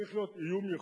צריך להיות איום ייחוס,